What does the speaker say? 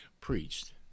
preached